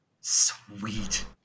Sweet